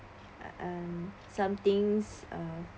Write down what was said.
um something uh